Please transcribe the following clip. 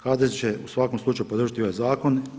HDZ će u svakom slučaju podržati ovaj zakon.